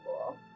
cool